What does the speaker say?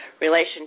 relationship